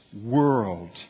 world